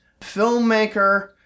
filmmaker